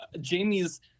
Jamie's